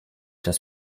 das